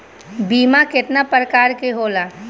बीमा केतना प्रकार के होला?